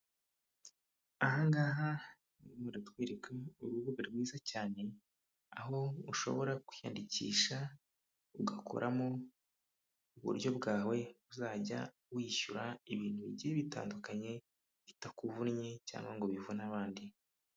Aha ngaha barimo baratwereka urubuga rwiza cyane, aho ushobora kwiyandikisha ugakoramo uburyo bwawe uzajya wishyura ibintu bigiye bitandukanye, bitakuvunnye cyangwa ngo bivune abandi.